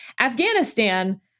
Afghanistan